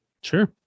Sure